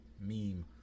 meme